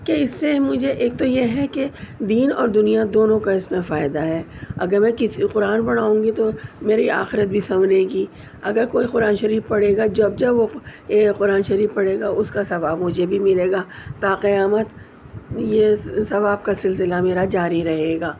کہ اس سے مجھے ایک تو یہ ہے کہ دین اور دنیا دونوں کا اس میں فائدہ ہے اگر وہ کسی قرآن پڑھاؤں گی تو میری آخرت بھی سنورے گی اگر کوئی قرآن شریف پڑھے گا جب جب وہ یہ قرآن شریف پڑھے گا اس کا ثواب مجھے بھی ملے گا تا قیامت یہ ثواب کا سلسلہ میرا جاری رہے گا